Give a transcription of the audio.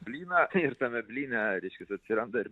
blyną ir tame blyne reiškias atsiranda ir